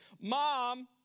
Mom